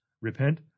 repent